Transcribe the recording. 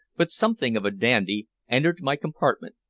but something of a dandy, entered my compartment,